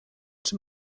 czy